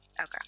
Okay